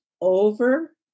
over